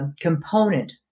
component